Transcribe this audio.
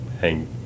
hang